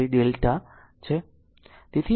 તેથી delta eq છે